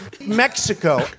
Mexico